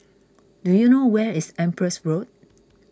do you know where is Empress Road